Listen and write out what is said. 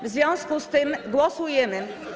W związku z tym głosujemy.